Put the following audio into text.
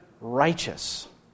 righteous